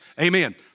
amen